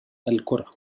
الكرة